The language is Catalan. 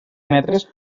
metres